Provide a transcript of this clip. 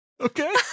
Okay